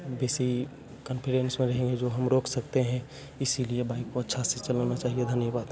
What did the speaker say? में रहेंगे जो हम रोक सकते हैं इसीलिए बाइक को अच्छा से चलाना चाहिए धन्यवाद